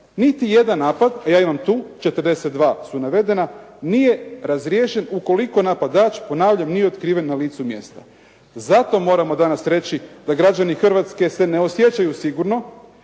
Niti jedan napad a ja imam tu, 42 su navedena, nije razriješen ukoliko napadač ponavljam nije otkriven na licu mjesta. Zato moramo danas reći da građani Hrvatske se ne osjećaju sigurno